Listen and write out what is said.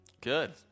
Good